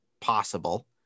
possible